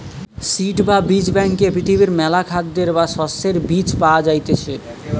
seed বা বীজ ব্যাংকে পৃথিবীর মেলা খাদ্যের বা শস্যের বীজ পায়া যাইতিছে